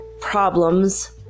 problems